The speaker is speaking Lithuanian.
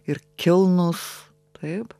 ir kilnūs taip